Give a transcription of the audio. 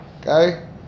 Okay